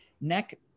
neck